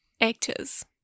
Actors